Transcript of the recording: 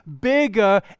bigger